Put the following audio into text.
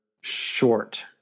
short